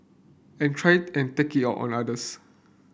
and try and take it out on others